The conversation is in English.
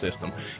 system